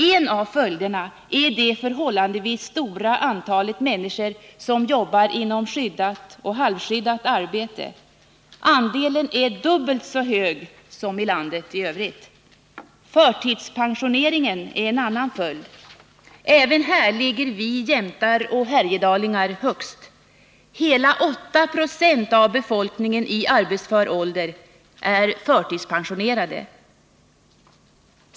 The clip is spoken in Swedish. En av följderna är det förhållandevis stora antalet människor som jobbar inom skyddat och halvskyddat arbete. Andelen är dubbelt så hög som i landet i övrigt. Förtidspensioneringen är en annan följd. Även här ligger vi jämtar och härjedalingar högst. Hela 896 av befolkningen i arbetsför ålder är förtidspensionerade.